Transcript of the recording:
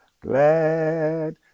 glad